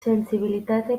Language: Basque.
sentsibilitate